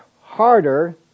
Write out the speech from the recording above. harder